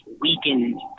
weakened